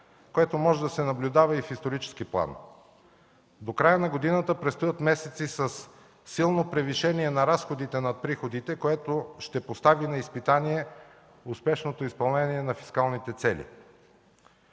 което може да се наблюдава и в исторически план. До края на годината предстоят месеци със силно превишение на разходите над приходите, което ще постави на изпитание успешното изпълнение на фискалните цели.